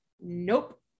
nope